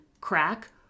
crack